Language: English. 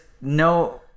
no